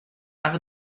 par